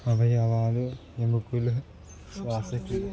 అవయవాలు ఎముకలు శ్వాసకి